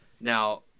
now